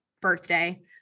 birthday